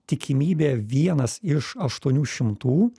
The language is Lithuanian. tikimybė vienas iš aštuonių šimtų